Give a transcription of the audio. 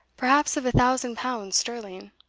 perhaps of a thousand pounds sterling.